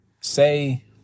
say